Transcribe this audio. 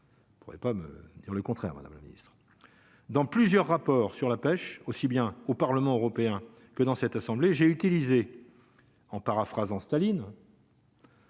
Je pourrais pas me dire le contraire, Madame la Ministre, dans plusieurs rapports sur la pêche, aussi bien au Parlement européen que dans cette assemblée, j'ai utilisé en paraphrasant Staline.